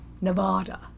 Nevada